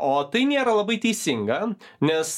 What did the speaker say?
o tai nėra labai teisinga nes